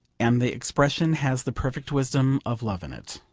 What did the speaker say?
and the expression has the perfect wisdom of love in it.